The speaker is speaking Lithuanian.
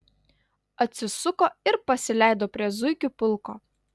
atsisuko ir pasileido prie zuikių pulko